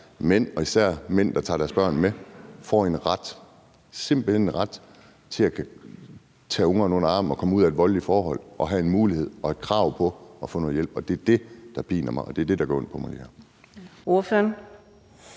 mænd – og især mænd, der tager deres børn med – får en ret, simpelt hen en ret til at kunne tage ungerne under armen og komme ud af et voldeligt forhold og have en mulighed for og et krav på at få noget hjælp. Det er det, der piner mig, og det er det, der gør ondt på mig de ikke har.